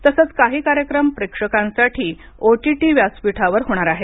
तसेच काही कार्यक्रम प्रेक्षकांसाठी ओटीटी व्यासपीठावर होणार आहेत